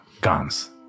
guns